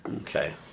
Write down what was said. Okay